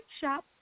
Shop